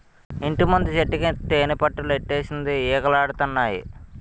ఇంటిముందు చెట్టుకి తేనిపట్టులెట్టేసింది ఈగలాడతన్నాయి